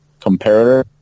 comparator